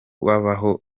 babaho